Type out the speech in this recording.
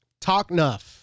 TalkNuff